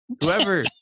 Whoever